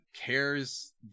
cares